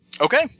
Okay